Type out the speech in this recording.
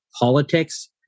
politics